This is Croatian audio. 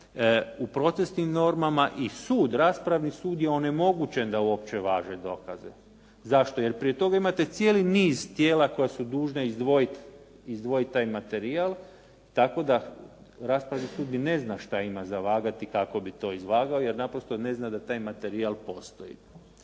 u procesnim normama i sud, raspravni sud je onemogućen da uopće važe dokaze. Zašto? Jer prije toga imate cijeli niz tijela koja su dužna izdvojiti taj materijal, tako da raspravni sud ni ne zna šta ima za vagati kako bi to izvagao jer naprosto ne zna da taj materijal postoji.